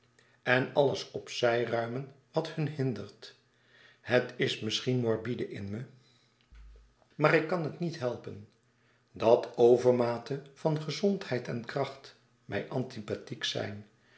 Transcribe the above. en alles opruimen wat hun hindert het is misschien morbide in me maar ik kan het niet helpen dat overmate van gezondheid en kracht mij antipathiek zijn